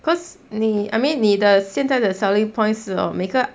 because 你 I mean 你的现在的 selling point 是 hor 每个